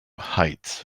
heights